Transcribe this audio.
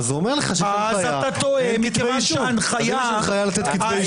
מעורבים בפעילות מחאה דמוקרטית מפוארת שמתנהלת מדי שבוע בלמעלה